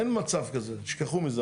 אין מצב כזה, תשכחו מזה.